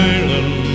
Ireland